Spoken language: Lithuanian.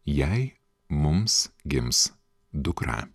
jei mums gims dukra